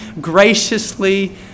graciously